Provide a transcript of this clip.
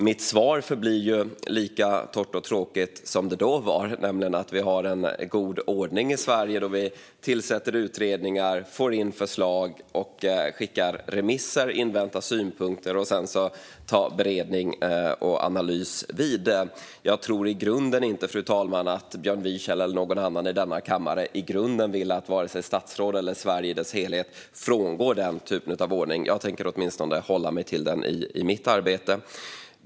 Mitt svar förblir lika torrt och tråkigt som det var då, nämligen att vi har en god ordning i Sverige då vi tillsätter utredningar, får in förslag, skickar remisser och inväntar synpunkter, varefter beredning och analys tar vid. Jag tror i grunden inte, fru talman, att Björn Wiechel eller någon annan i denna kammare i grunden vill att statsrådet eller Sverige i dess helhet frångår den typen av ordning. Jag tänker åtminstone hålla mig till den i mitt arbete.